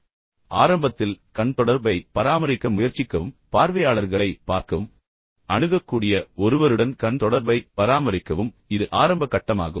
எனவே ஆரம்பத்தில் கண் தொடர்பை பராமரிக்க முயற்சிக்கவும் பார்வையாளர்களை பார்க்கவும் அணுகக்கூடிய ஒருவருடன் கண் தொடர்பை பராமரிக்கவும் இது ஆரம்ப கட்டமாகும்